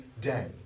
day